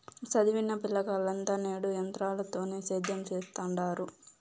సదివిన పిలగాల్లంతా నేడు ఎంత్రాలతోనే సేద్యం సెత్తండారు